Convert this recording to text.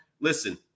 Listen